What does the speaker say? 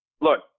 look